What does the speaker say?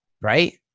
right